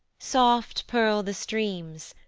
soft purl the streams,